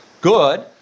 good